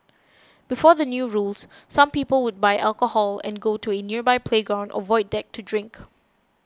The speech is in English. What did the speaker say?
before the new rules some people would buy alcohol and go to a nearby playground or void deck to drink